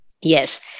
Yes